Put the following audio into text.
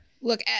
Look